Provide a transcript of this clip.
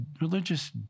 religious